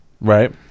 Right